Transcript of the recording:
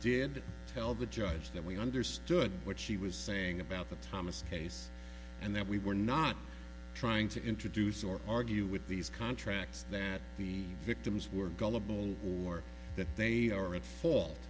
did tell the judge that we understood what she was saying about the thomas case and that we were not trying to introduce or argue with these contracts that the victims were gullible or that they are at fault